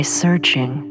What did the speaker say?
searching